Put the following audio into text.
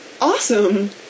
Awesome